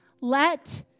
Let